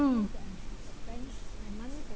mm